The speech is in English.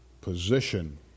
position